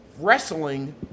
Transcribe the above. wrestling